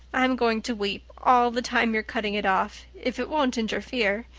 i'm going to weep all the time you're cutting it off, if it won't interfere.